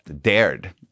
dared